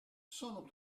sono